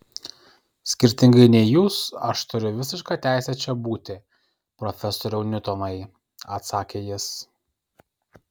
skirtingai nei jūs aš turiu visišką teisę čia būti profesoriau niutonai atsakė jis